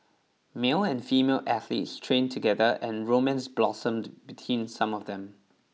male and female athletes trained together and romance blossomed between some of them